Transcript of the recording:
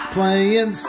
Playing